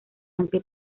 aunque